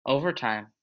Overtime